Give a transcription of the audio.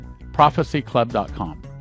Prophecyclub.com